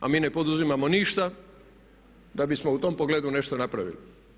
A mi ne poduzimamo ništa da bismo u tom pogledu nešto napravili.